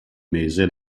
mese